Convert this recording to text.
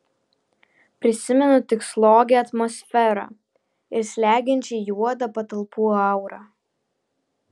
prisimenu tik slogią atmosferą ir slegiančiai juodą patalpų aurą